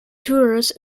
tourists